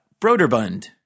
Broderbund